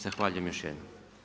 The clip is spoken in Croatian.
Zahvaljujem još jednom.